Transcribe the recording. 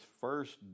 first